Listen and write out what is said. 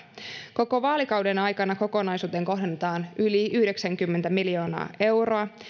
koko vaalikauden aikana kokonaisuuteen kohdennetaan yli yhdeksänkymmentä miljoonaa euroa